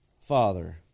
father